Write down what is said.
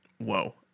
whoa